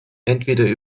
entweder